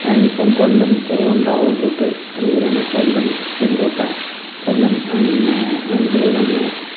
ഇപ്പം കൊല്ലം കുറുവന്താവളം റൂട്ട് അതുപോലെ തന്നെ കൊല്ലം ചെങ്കോട്ട കൊല്ലം പിന്നെ ഇതുപോലെ തന്നെ